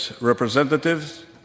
representatives